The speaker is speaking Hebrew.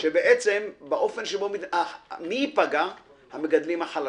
אנחנו מכירים אותך,